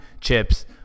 chips